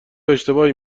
اشتباهی